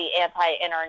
anti-internet